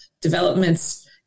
developments